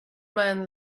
man